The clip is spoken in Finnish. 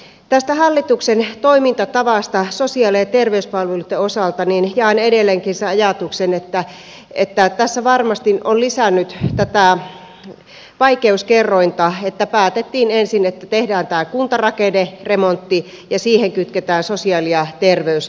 tästä hallituksen toimintatavasta sosiaali ja terveyspalveluitten osalta jaan edelleenkin sen ajatuksen että tässä varmasti on lisännyt tätä vaikeuskerrointa että päätettiin ensin että tehdään tämä kuntarakenneremontti ja siihen kytketään sosiaali ja terveysasiat